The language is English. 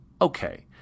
Okay